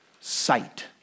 Sight